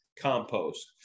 compost